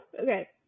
Okay